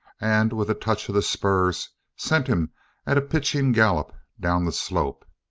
and with a touch of the spurs sent him at a pitching gallop down the slope.